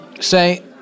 say